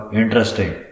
interesting